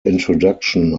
introduction